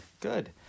Good